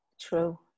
True